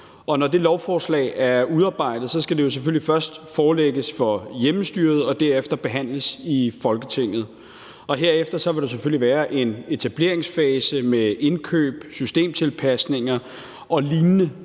når det lovforslag er udarbejdet, skal det jo selvfølgelig først forelægges hjemmestyret og derefter behandles i Folketinget. Herefter vil der selvfølgelig være en etableringsfase med indkøb, systemtilpasninger og lignende,